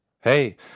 Hey